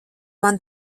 man